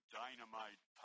dynamite